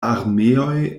armeoj